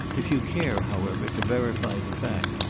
if you care, however, to verify the fact,